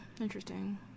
interesting